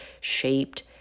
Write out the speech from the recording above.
shaped